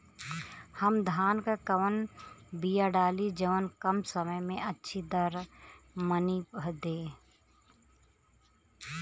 हम धान क कवन बिया डाली जवन कम समय में अच्छा दरमनी दे?